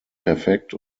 perfekt